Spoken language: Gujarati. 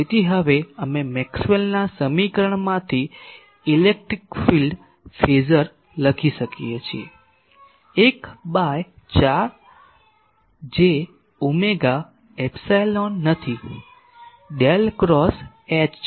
તેથી હવે અમે મેક્સવેલના સમીકરણમાંથી ઇલેક્ટ્રિક ફીલ્ડ ફેઝર લખી શકીએ છીએ 1 બાય j ઓમેગા એપ્સીલોન નથી ડેલ ક્રોસ H છે